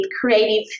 creative